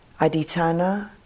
Aditana